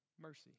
mercy